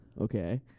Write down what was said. Okay